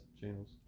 channels